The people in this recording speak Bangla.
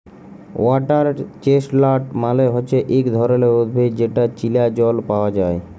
ওয়াটার চেস্টলাট মালে হচ্যে ইক ধরণের উদ্ভিদ যেটা চীলা জল পায়া যায়